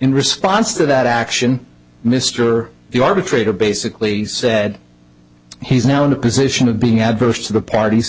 in response to that action mr the arbitrator basically said he's now in a position of being adverse to the parties and